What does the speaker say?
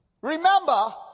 Remember